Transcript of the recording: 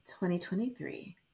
2023